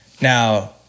Now